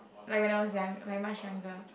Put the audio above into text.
like when I was young like much younger